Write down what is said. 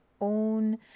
own